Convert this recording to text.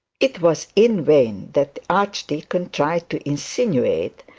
it was in vain that the archdeacon tried to insinuate,